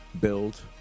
Build